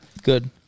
good